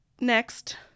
Next